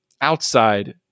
outside